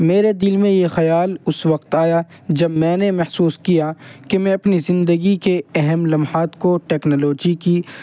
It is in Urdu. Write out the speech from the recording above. میرے دل میں یہ خیال اس وقت آیا جب میں نے محسوس کیا کہ میں اپنی زندگی کے اہم لمحات کو ٹکنالوجی کی